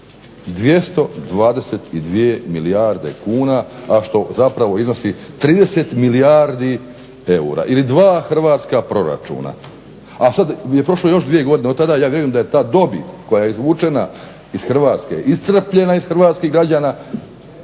222 milijarde kuna, a što zapravo iznosi 30 milijardi eura ili dva hrvatska proračuna. A sad je prošlo još dvije godine od tada, ja vjerujem da je ta dobit koja je izvučena iz Hrvatske iscrpljena iz hrvatskih građana